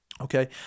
Okay